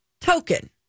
token